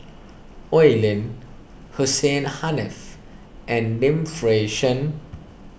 Oi Lin Hussein Haniff and Lim Fei Shen